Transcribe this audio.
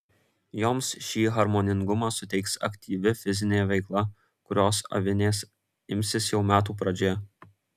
joms šį harmoningumą suteiks aktyvi fizinė veikla kurios avinės imsis jau metų pradžioje